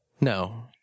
No